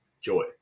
Joy